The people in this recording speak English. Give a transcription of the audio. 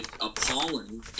appalling